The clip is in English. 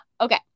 Okay